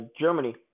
Germany